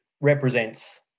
represents